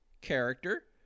character